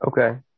Okay